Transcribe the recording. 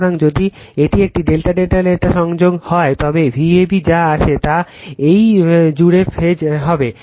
সুতরাং যদি এটি একটি ∆∆∆ সংযোগ হয় তবে Vab যা আছে তা এই জুড়ে ফেজ হবে